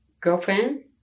girlfriend